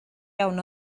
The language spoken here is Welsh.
iawn